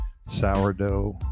Sourdough